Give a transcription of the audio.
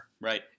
Right